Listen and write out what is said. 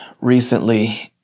recently